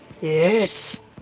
Yes